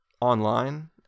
online